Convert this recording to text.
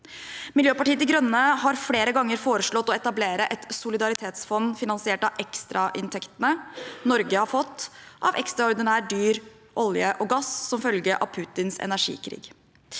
Miljøpartiet De Grønne har flere ganger foreslått å etablere et solidaritetsfond finansiert av ekstrainntektene Norge har fått av ekstraordinært dyr olje og gass som følge av Putins energikrig.